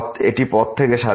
এটি পথ থেকে স্বাধীন